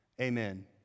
amen